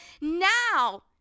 Now